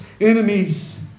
enemies